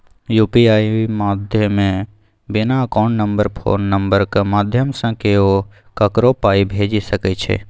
UPI माध्यमे बिना account number phone नंबरक माध्यमसँ केओ ककरो पाइ भेजि सकै छै